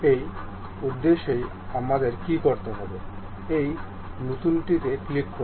এই উদ্দেশ্যে আমাদের কী করতে হবে এই নতুনটিতে ক্লিক করুন